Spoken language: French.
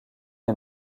est